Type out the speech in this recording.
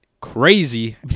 crazy